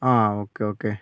ആ okay okay